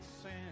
sand